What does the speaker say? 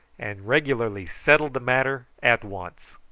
and regularly settled the matter at once.